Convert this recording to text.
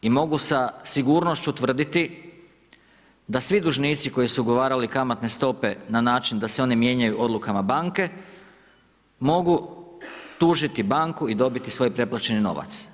I mogu sa sigurnošću tvrditi, da svi dužnici koji su ugovarali kamatne stupe na način da se one mijenjaju odlukama banke, mogu tužiti banku i dobiti svoj pretplaćeni novac.